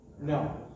No